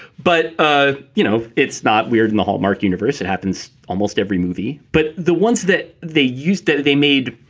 but ah you know, it's not weird in the hallmark universe. it happens almost every movie. but the ones that they used to, they made.